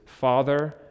Father